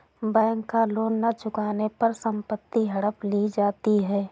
bank का loan न चुकाने पर संपत्ति हड़प ली जाती है